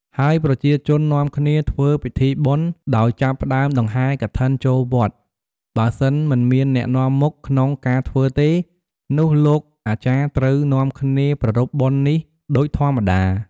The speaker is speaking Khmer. ហើយប្រជាជននាំគ្នាធ្វើពិធីបុណ្យដោយចាប់ផ្ដើមដង្ហែរកឋិនចូលវត្ត បើសិនមិនមានអ្នកនាំមុខក្នុងការធ្វើទេ នោះលោកអាចារ្យត្រូវនាំគ្នាប្រារព្ធបុណ្យនេះដូចធម្មតា ។